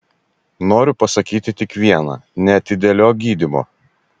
noriu pasakyti tik viena neatidėliok gydymo